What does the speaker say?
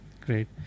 Great